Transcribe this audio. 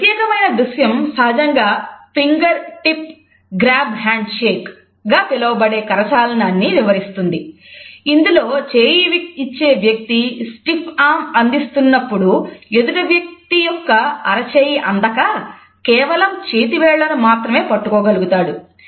ఈ ప్రత్యేకమైన దృశ్యం సహజంగా ఫింగర్ టిప్ గ్రాబ్ హ్యాండ్షేక్ అందిస్తున్నప్పుడు ఎదుటి వ్యక్తి యొక్క అరచేయి అందక కేవలం చేతివేళ్లను మాత్రమే పట్టుకో గలుగుతాడు